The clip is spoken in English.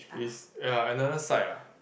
is ya another side ah